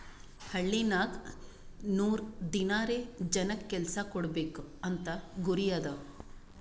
ಹಳ್ಳಿನಾಗ್ ನೂರ್ ದಿನಾರೆ ಜನಕ್ ಕೆಲ್ಸಾ ಕೊಡ್ಬೇಕ್ ಅಂತ ಗುರಿ ಅದಾ